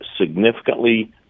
significantly